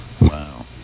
Wow